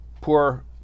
poor